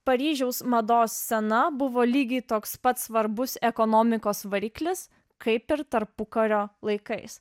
paryžiaus mados scena buvo lygiai toks pat svarbus ekonomikos variklis kaip ir tarpukario laikais